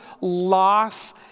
loss